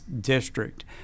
District